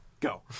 go